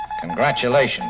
Congratulations